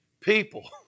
People